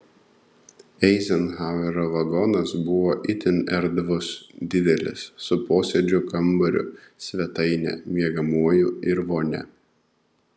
eizenhauerio vagonas buvo itin erdvus didelis su posėdžių kambariu svetaine miegamuoju ir vonia